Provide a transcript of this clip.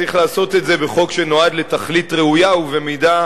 צריך לעשות את זה בחוק שנועד לתכלית ראויה ובמידה